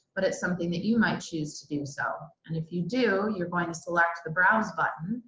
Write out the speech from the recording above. but it's something that you might choose to do so. and if you do, you're going to select the browse button,